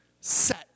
set